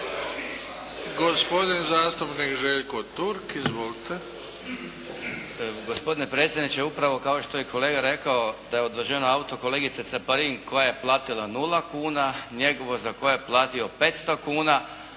gospodin zastupnik Slavko Linić. Izvolite.